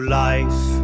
life